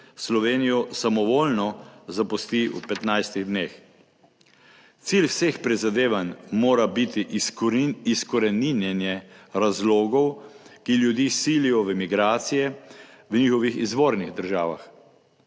Slovenijo samovoljno zapusti v 15 dneh. Cilj vseh prizadevanj mora biti izkoreninjenje razlogov, ki ljudi silijo v migracije v njihovih izvornih državah,